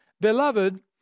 Beloved